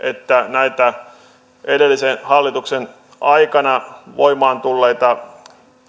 että näitä edellisen hallituksen aikana voimaan tulleita